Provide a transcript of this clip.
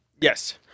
Yes